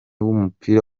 w’umupira